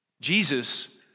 Jesus